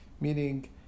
meaning